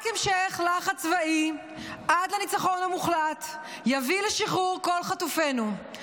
רק המשך לחץ צבאי עד לניצחון המוחלט יביא לשחרור כל חטופינו,